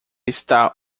está